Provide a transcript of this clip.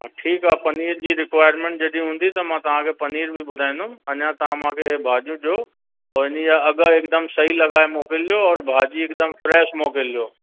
हा ठीकु आहे पनीर जी रिक्वायरमेंट जॾहिं हूंदी त मां तव्हांखे पनीर बि ॿुधाईंदुमि अञा तव्हां मूंखे हे भाॼियूं ॾियो ऐं इन्ही जा अघ एकदमि सही लॻाए मोकिलिजो और भाॼी एकदमि फ़्रैश मोकिलिजो